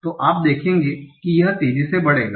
तो आप देखेंगे कि यह तेजी से बढ़ेगा